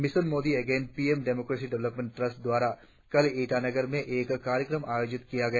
mission Modi again PM democracy development trust द्वारा कल ईटानगर में एक कार्यक्रम आयोजित किया गया